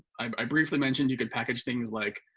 i briefly mentioned you can package things like